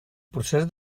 procés